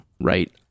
right